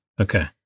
Okay